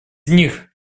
них